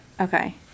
Okay